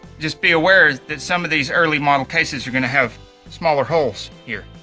just be aware that some of these early model cases are going to have smaller holes here